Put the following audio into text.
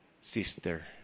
sister